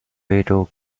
非洲